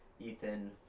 Ethan